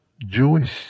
Jewish